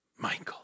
Michael